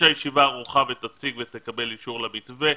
לכשהישיבה ערוכה ותציג ותקבל אישור למתווה,